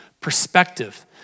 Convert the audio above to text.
perspective